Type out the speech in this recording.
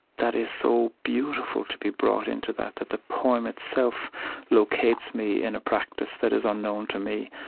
that is so beautiful to be brought into that that the poem itself locates me in a practice that is unknown to me.